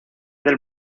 del